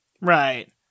Right